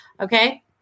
okay